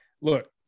look